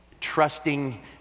trusting